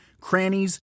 crannies